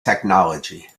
technology